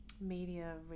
media